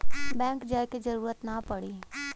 bank जाये क जरूरत ना पड़ी